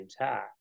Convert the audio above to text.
intact